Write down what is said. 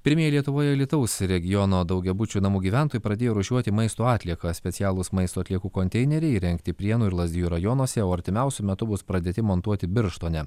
pirmieji lietuvoje alytaus regiono daugiabučių namų gyventojai pradėjo rūšiuoti maisto atliekas specialūs maisto atliekų konteineriai įrengti prienų ir lazdijų rajonuose o artimiausiu metu bus pradėti montuoti birštone